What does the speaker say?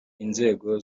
inzego